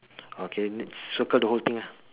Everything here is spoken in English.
okay next circle the whole thing lah